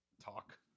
talk